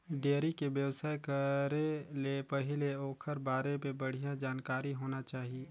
dairy के बेवसाय करे ले पहिले ओखर बारे में बड़िहा जानकारी होना चाही